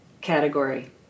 category